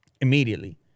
immediately